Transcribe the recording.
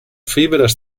fibres